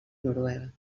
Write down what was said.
noruega